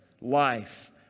life